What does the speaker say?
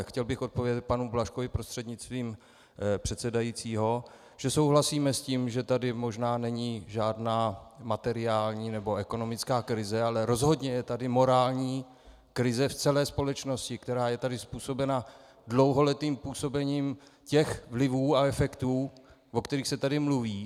Chtěl bych odpovědět panu Blažkovi prostřednictvím předsedajícího, že souhlasíme s tím, že tady možná není žádná materiální nebo ekonomická krize, ale rozhodně je tady morální krize v celé společnosti, které je způsobena dlouholetým působením těch vlivů a efektů, o kterých se tady mluví.